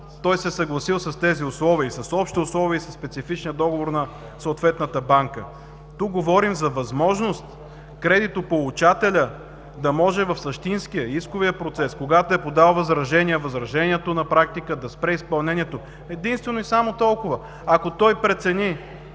той се е съгласил с общите условия и със специфичния договор на съответната банка. Тук говорим за възможност кредитополучателят да може в същинския, исковия процес, когато е подал възражение, възражението на практика да спре изпълнението. Единствено и само толкова! Ако той прецени,